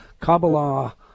kabbalah